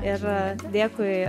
ir dėkui